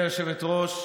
גברתי היושבת-ראש,